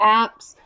apps